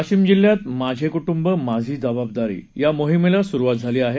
वाशिम जिल्ह्यात माझे कूट्रंब माझी जबाबदारी या मोहिमेला सुरूवात झाली आहे